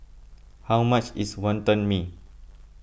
how much is Wonton Mee